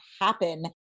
happen